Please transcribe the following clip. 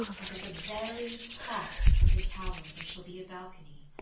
and at the very top of the tower there shall be a balcony.